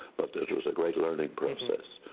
but this was a great learning process.